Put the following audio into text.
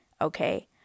okay